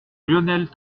lionel